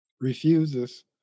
refuses